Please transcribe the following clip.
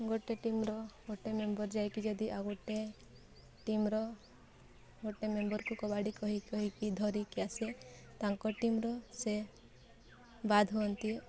ଗୋଟେ ଟିମ୍ର ଗୋଟେ ମେମ୍ବର ଯାଇକି ଯଦି ଆଉ ଗୋଟେ ଟିମ୍ର ଗୋଟେ ମେମ୍ବରକୁ କବାଡ଼ି କହି କହିକି ଧରିକି ଆସେ ତାଙ୍କ ଟିମ୍ର ସେ ବାଦ ହୁଅନ୍ତି